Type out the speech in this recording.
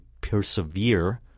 persevere